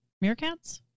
Meerkats